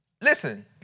listen